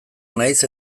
naiz